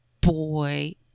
boy